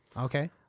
okay